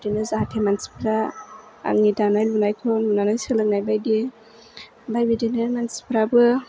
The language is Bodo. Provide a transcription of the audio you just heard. जाहाथे मानसिफ्रा आंनि दानाय लुनायखौ नुनानै सोलोंनाय बादि ओमफ्राय बिदिनो मानसिफ्राबो